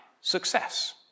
Success